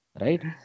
Right